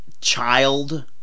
child